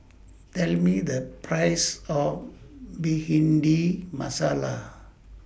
Tell Me The priceS of Bhindi Masala